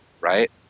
right